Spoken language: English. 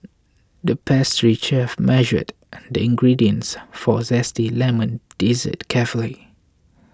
the pastry chef measured the ingredients for a Zesty Lemon Dessert carefully